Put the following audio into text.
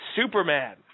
Superman